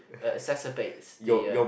uh exacerbates the uh